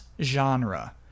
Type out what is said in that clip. genre